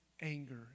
anger